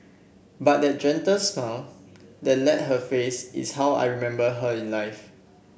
but that gentle smile that let her face is how I remember her in life